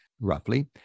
roughly